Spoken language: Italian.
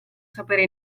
sapere